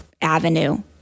avenue